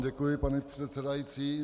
Děkuji vám, paní předsedající.